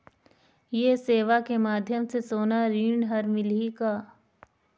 ये सेवा के माध्यम से सोना ऋण हर मिलही का?